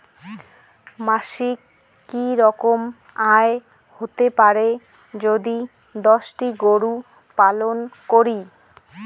মাসিক কি রকম আয় হতে পারে যদি দশটি গরু পালন করি?